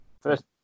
First